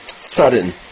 sudden